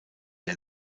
der